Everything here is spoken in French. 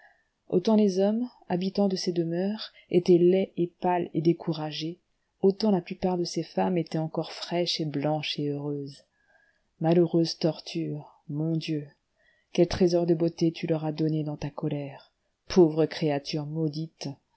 autant les hommes habitants de ces demeures étaient laids et pâles et découragés autant la plupart de ces femmes étaient encore fraîches et blanches et heureuses malheureuses femmes assez belles pour être belles même là assez insouciantes pour chanter encore là assez fortes pour rire de toutes ces tortures mon dieu quels trésors de beauté tu leur as donnés dans ta colère pauvres créatures maudites